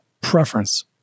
preference